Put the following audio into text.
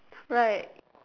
right